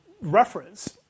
reference